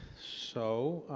so,